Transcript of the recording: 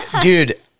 dude